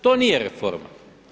To nije reforma.